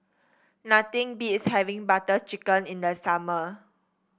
nothing beats having Butter Chicken in the summer